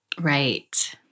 Right